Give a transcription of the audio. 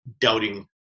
doubting